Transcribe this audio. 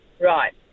Right